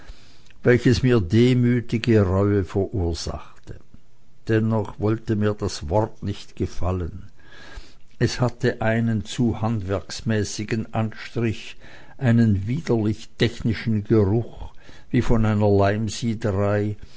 welches mir demütige reue verursachte dennoch wollte mir das wort nicht gefallen es hatte einen zu handwerksmäßigen anstrich einen widerlich technischen geruch wie von einer leimsiederei